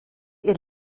ihr